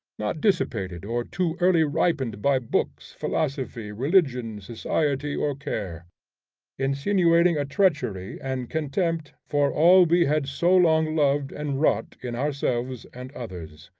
not dissipated or too early ripened by books, philosophy, religion, society, or care insinuating a treachery and contempt for all we had so long loved and wrought in ourselves and others.